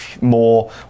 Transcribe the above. more